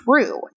true